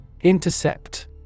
Intercept